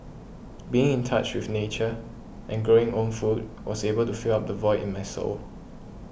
being in touch with nature and growing own food was able to fill up the void in my soul